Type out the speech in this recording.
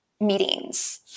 meetings